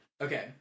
Okay